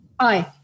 Hi